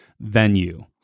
venue